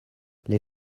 les